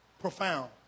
profound